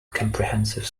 comprehensive